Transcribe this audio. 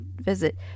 visit